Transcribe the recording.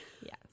Yes